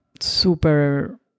super